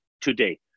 today